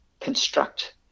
construct